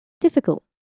difficult